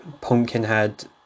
Pumpkinhead